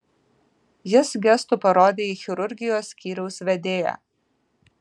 jis gestu parodė į chirurgijos skyriaus vedėją